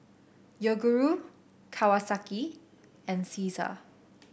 Yoguru Kawasaki and Cesar